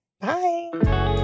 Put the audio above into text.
Bye